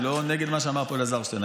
אני לא נגד מה שאמר פה אלעזר שטרן.